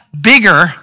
bigger